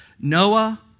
Noah